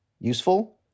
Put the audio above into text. useful